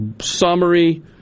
summary